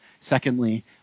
Secondly